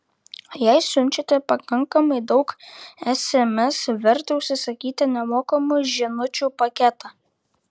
jei siunčiate pakankamai daug sms verta užsisakyti nemokamų žinučių paketą